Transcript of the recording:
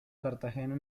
cartagena